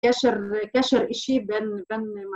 כשר אישי בין